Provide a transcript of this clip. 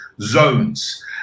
zones